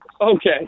Okay